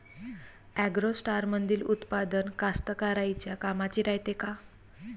ॲग्रोस्टारमंदील उत्पादन कास्तकाराइच्या कामाचे रायते का?